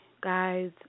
guys